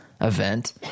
event